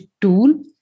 tool